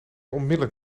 onmiddelijk